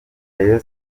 rayon